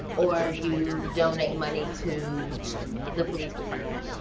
or you donate money to the police department.